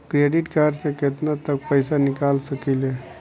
Credit card से केतना तक पइसा निकाल सकिले?